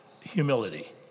humility